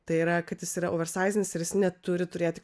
tai yra kad jis yra oversaizinis ir jis neturi turėti